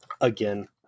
again